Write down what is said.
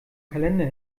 kalender